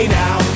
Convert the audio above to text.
now